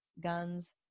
guns